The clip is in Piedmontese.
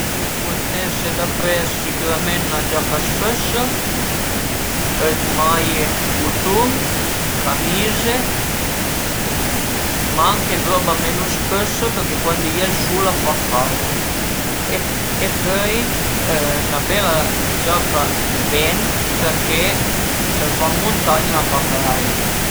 I dirìu dë purtase dapres sicürament 'na giaca spësa, dë maie dë cutun, camize, ma anche dë roba menu spësa përché cuandi a ie ël sul a fa caud e pöi 'na bela giacavent përché së as va ën muntagna a fa freit